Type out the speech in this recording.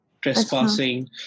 trespassing